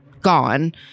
gone